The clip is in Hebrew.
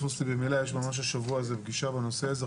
יש ממש השבוע פגישה בנושא הזה.